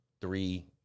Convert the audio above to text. three